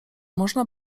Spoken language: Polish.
można